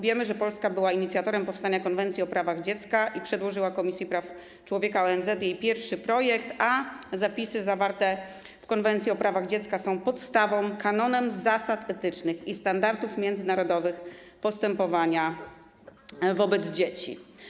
Wiemy, że Polska była inicjatorem powstania Konwencji o prawach dziecka i przedłożyła Komisji Praw Człowieka ONZ jej pierwszy projekt, a zapisy zawarte w Konwencji o prawach dziecka są podstawą, kanonem zasad etycznych i standardów międzynarodowych postępowania wobec dzieci.